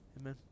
Amen